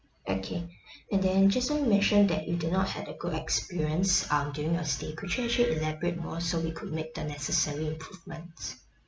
okay and then just now you mentioned that you did not had a good experience um during your stay could you actually elaborate more so we could make the necessary improvements